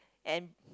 and